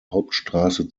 hauptstraße